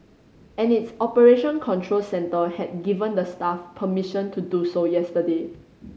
and its operation control centre had given the staff permission to do so yesterday